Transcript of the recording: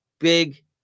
Big